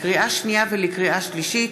לקריאה שנייה ולקריאה שלישית,